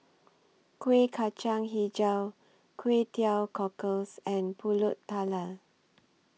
Kueh Kacang Hijau Kway Teow Cockles and Pulut Tatal